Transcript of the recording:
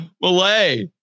Malay